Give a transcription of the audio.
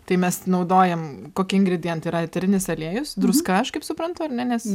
tai mes naudojam kokie ingredientai yra eterinis aliejus druska aš kaip suprantu ar ne nes